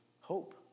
hope